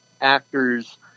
actors